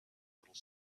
little